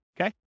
Okay